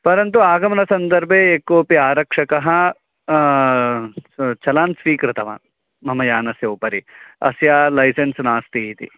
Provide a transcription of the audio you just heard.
परन्तु आगमनसन्दर्भे यः कोपि आरक्षकः चलान् स्वीकृतवान् मम यानस्य उपरि अस्य लैसेन्स् नास्ति इति